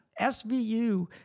SVU